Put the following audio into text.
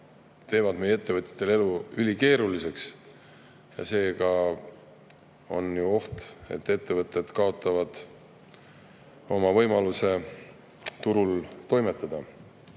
teevad meie ettevõtjate elu ülikeeruliseks. Seega on oht, et ettevõtted kaotavad oma võimaluse turul toimetada.